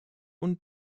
und